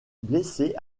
blessé